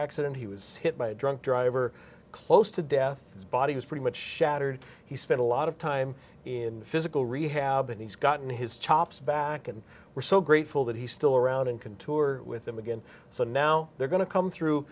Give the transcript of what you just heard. accident he was hit by a drunk driver close to death his body was pretty much shattered he spent a lot of time in physical rehab and he's gotten his chops back and we're so grateful that he's still around and can to are with him again so now they're going to come through